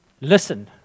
listen